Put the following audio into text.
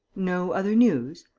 no other news?